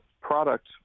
product